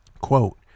Quote